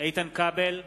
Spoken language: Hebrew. איתן כבל,